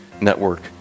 Network